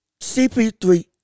CP3